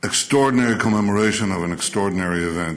extraordinary commemoration of an extraordinary event.